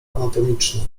anatomiczny